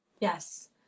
Yes